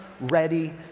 ready